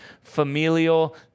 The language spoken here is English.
familial